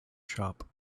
shop